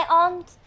aunt